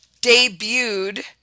debuted